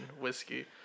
whiskey